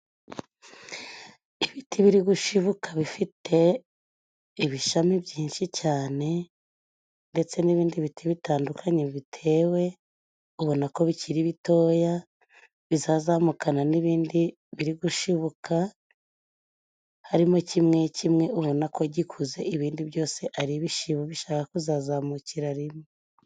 Ibiti biri gushibuka bifite ibishami byinshi cyane ndetse n'ibindi biti bitandukanye bitewe ubonako bikiri bitoya, bizazamukana n'ibindi biri gushibuka harimo kimwe kimwe ubonako gikuze, ibindi byose ari ibishibu bishaka kuzazamukira rimwe.